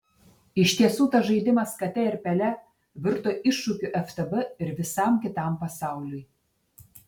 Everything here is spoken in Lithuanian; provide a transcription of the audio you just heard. iš tiesų tas žaidimas kate ir pele virto iššūkiu ftb ir visam kitam pasauliui